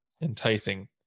enticing